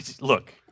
Look